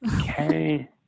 Okay